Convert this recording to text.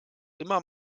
immer